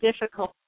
difficult